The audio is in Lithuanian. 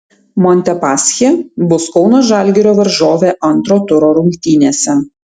montepaschi bus kauno žalgirio varžovė antro turo rungtynėse